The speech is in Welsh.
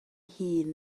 hun